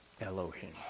Elohim